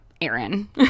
Aaron